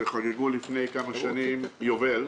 שחגגו לו לפני כמה שנים יובל,